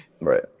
right